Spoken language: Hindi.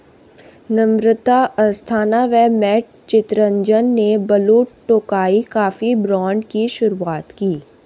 नम्रता अस्थाना व मैट चितरंजन ने ब्लू टोकाई कॉफी ब्रांड की शुरुआत की